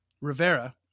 Rivera